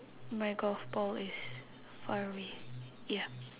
my golf ball is far away ya